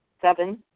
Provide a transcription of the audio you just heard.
Seven